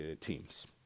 teams